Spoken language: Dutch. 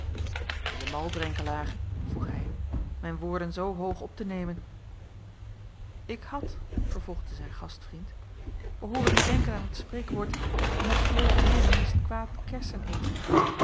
benje mal drenkelaer vroeg hij mijn woorden zoo hoog op te nemen ik had vervolgde zijn gastvriend behooren te denken aan het spreekwoord met groote heeren is t kwaad kersen eten